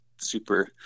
Super